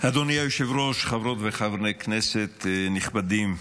אדוני היושב-ראש, חברות וחברי כנסת נכבדים,